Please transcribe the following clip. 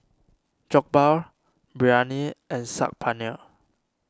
Jokbal Biryani and Saag Paneer